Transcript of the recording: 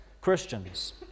Christians